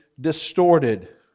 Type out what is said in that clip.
distorted